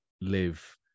live